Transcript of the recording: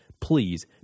please